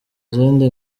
zindi